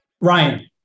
Ryan